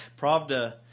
Pravda